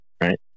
right